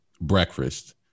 breakfast